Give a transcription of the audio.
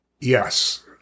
Yes